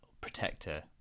protector